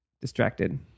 Distracted